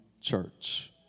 church